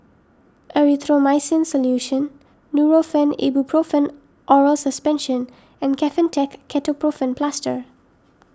Erythroymycin Solution Nurofen Ibuprofen Oral Suspension and Kefentech Ketoprofen Plaster